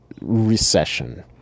recession